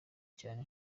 cyane